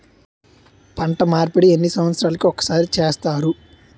పంట మార్పిడి ఎన్ని సంవత్సరాలకి ఒక్కసారి చేస్తారు?